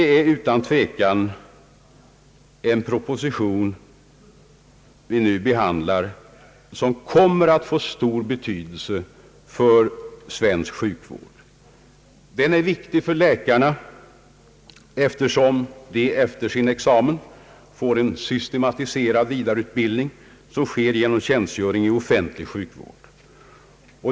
Den proposition vi nu behandlar kommer utan tvivel att få stor betydelse för svensk sjukvård. Denna reform är viktig för läkarna, eftersom de efter sin examen får en systematiserad vidareutbildning genom tjänstgöring i offentlig sjukvård.